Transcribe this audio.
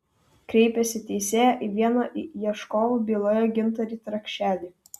kreipėsi teisėją į vieną į ieškovų byloje gintarį trakšelį